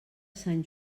sant